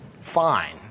fine